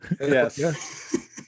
Yes